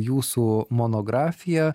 jūsų monografija